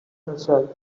herself